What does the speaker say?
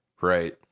Right